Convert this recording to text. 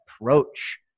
approach